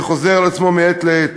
שחוזר על עצמו מעת לעת.